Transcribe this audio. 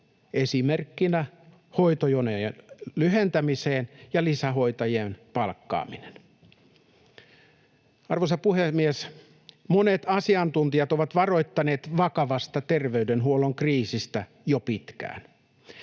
esimerkkinä hoitojonojen lyhentäminen ja lisähoitajien palkkaaminen.” Arvoisa puhemies! ”Monet asiantuntijat ovat varoittaneet vakavasta terveydenhuollon kriisistä jo pitkään.